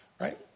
right